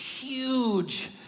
huge